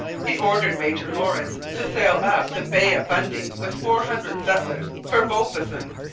he ordered major lawrence to sail up the bay of fundy with four hundred settlers for beaubassin,